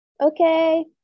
Okay